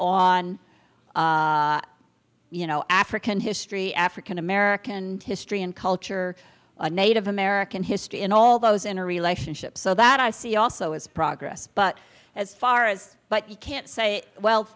on you know african history african american history and culture a native american history in all those in a relationship so that i see also as progress but as far as but you can't say well